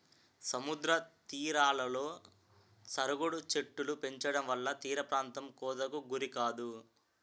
సముద్ర తీరాలలో సరుగుడు చెట్టులు పెంచడంవల్ల తీరప్రాంతం కోతకు గురికాదు